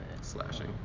slashing